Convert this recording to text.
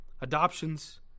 adoptions